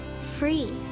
free